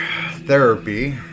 therapy